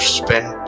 spend